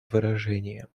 выражение